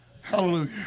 Hallelujah